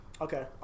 Okay